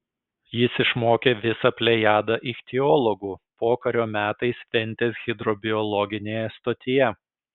jis išmokė visą plejadą ichtiologų pokario metais ventės hidrobiologinėje stotyje